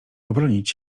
obronić